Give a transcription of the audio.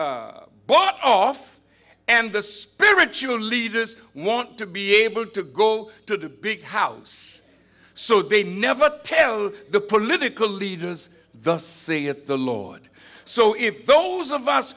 bought off and the spiritual leaders want to be able to go to the big house so they never tell the political leaders the saying at the lord so if those of us